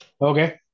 Okay